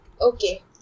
okay